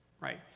right